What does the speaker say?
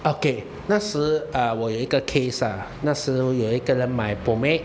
okay 那时我有一个 case ah 那时有一个人买 from me